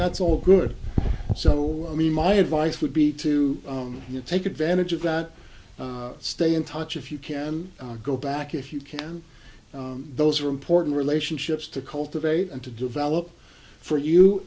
's all good so i mean my advice would be to take advantage of that stay in touch if you can go back if you can those are important relationships to cultivate and to develop for you